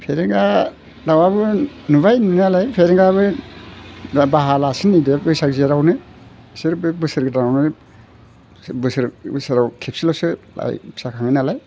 फेरेंगा दाउआबो नुबाय नुनायालाय फेरेंगायाबो बाहा लासिगोन बैसाग जेथ आवनो बिसोर बे बोसोर गोदानावनो बोसोर बोसोर खेबसेल'सो फिसा खाङो नालाय